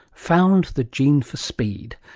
found the gene for speed,